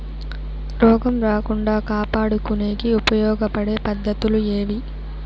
రోగం రాకుండా కాపాడుకునేకి ఉపయోగపడే పద్ధతులు ఏవి?